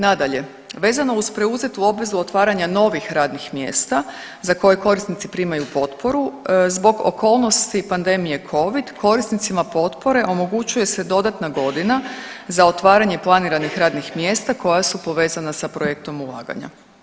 Nadalje, vezano uz preuzetu obvezu otvaranja novih radnih mjesta za koje korisnici primaju potporu zbog okolnosti pandemije covid korisnicima potpore omogućuje se dodatna godina za otvaranje planiranih radnih mjesta koja su povezana sa projektom ulaganja.